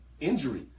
injury